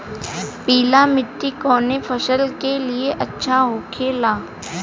पीला मिट्टी कोने फसल के लिए अच्छा होखे ला?